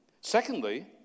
Secondly